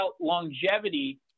longevity